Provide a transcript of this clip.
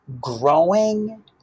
growing